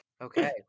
Okay